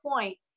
point